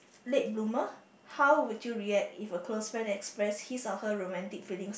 late bloomer how would you react if a close friend express his or her romantic feeling